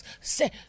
say